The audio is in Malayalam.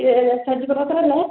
എക്സ്ചേഞ്ച് ബ്രോക്കറല്ലെ